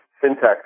syntax